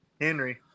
Henry